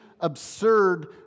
absurd